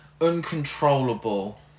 uncontrollable